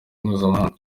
mpuzamahanga